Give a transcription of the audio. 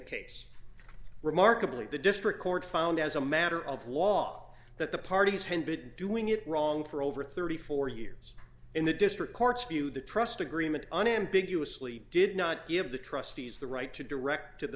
case remarkably the district court found as a matter of law that the parties handed doing it wrong for over thirty four years in the district courts view the trust agreement unambiguously did not give the trustees the right to direct to the